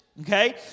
Okay